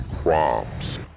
crops